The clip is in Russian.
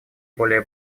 более